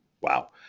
Wow